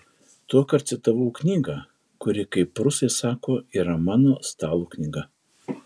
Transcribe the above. tuokart citavau knygą kuri kaip rusai sako yra mano stalo knyga